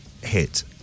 hit